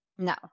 No